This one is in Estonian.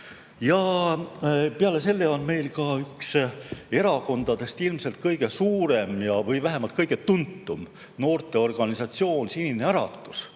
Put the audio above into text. Peale selle on meil erakondadest ka üks ilmselt kõige suurem või vähemalt kõige tuntum noorteorganisatsioon: Sinine Äratus.